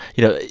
you know,